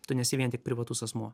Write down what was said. tu nesi vien tik privatus asmuo